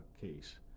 case